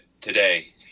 today